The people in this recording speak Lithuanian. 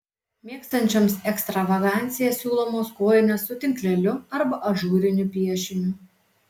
mėgstančioms ekstravaganciją siūlomos kojinės su tinkleliu arba ažūriniu piešiniu